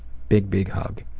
big, big hug.